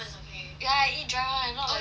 ya I eat dry [one] not like you ah